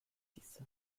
six